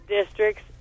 Districts